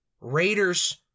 Raiders